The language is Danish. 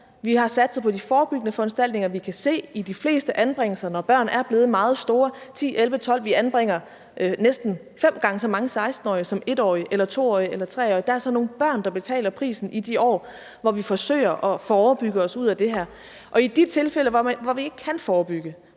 Vi har satset på de forebyggende foranstaltninger. Vi kan se ved de fleste anbringelser, at når børn er blevet meget store, 10, 11, 12 år – vi anbringer næsten fem gange så mange 16-årige som 1-årige eller 2-årige eller 3-årige – så er der altså nogle børn, der betaler prisen i de år, hvor vi forsøger at forebygge os ud af det her. I de tilfælde, hvor vi ikke kan forebygge